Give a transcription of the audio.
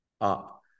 up